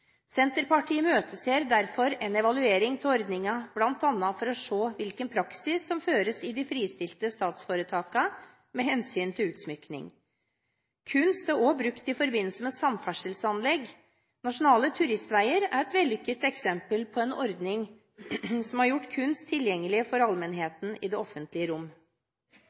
Senterpartiet imøteser derfor en evaluering av ordningen, bl.a. for å se hvilken praksis som føres i de fristilte statsforetakene med hensyn til utsmykning. Kunst er også brukt i forbindelse med samferdselsanlegg. Nasjonale turistveier er et vellykket eksempel på en ordning som har gjort kunst tilgjengelig for allmennheten i det offentlige rom.